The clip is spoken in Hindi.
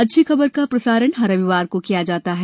अच्छी खबर का प्रसारण हर रविवार को किया जाता है